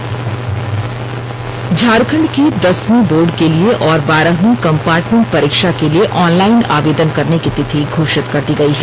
online आवेदन झारखंड की दसवीं बोर्ड के लिए और बारहवीं कंपार्टमेंट परीक्षा के लिए ऑनलाइन आवेदन करने की तिथि घोषित कर दी गई है